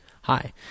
Hi